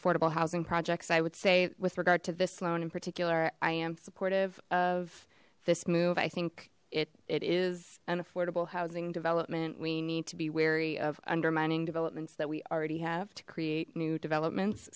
affordable housing projects i would say with regard to this loan in particular i am supportive of this move i think it it is an affordable housing development we need to be wary of undermining developments that we already have to create new developments